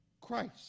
Christ